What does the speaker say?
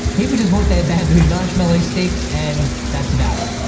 people just want their bamboo marshmallow sticks and that's about it.